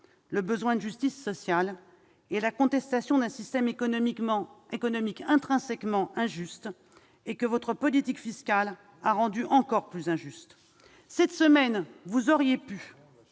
le besoin de justice sociale et la contestation d'un système économique intrinsèquement injuste, que votre politique fiscale a rendu plus injuste encore. Cette semaine, vous auriez pu